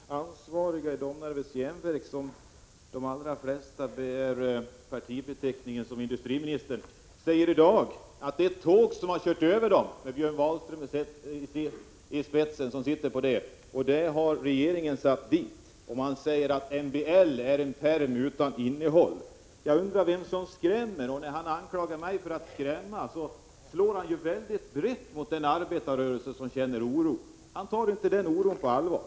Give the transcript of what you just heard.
Fru talman! De fackligt ansvariga i Domnarvets Jernverk, av vilka de flesta har samma partibeteckning som industriministern, säger i dag att ett tåg, med Björn Wahlström i spetsen, har kört över dem och att det är regeringen som har skickat det dit. Man säger också att MBL är som en pärm utan innehåll. Jag undrar vem det är som skrämmer. Industriministern anklagar mig för att skrämma, men han slår väldigt brett mot den arbetarrörelse som känner oro. Han tar inte den oron på allvar.